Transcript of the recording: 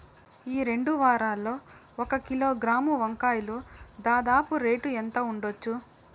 ఈ రెండు వారాల్లో ఒక కిలోగ్రాము వంకాయలు దాదాపు రేటు ఎంత ఉండచ్చు?